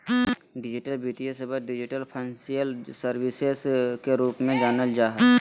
digital वित्तीय सेवा, digital financial services के रूप में जानल जा हइ